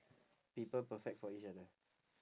people perfect for each other